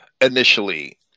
initially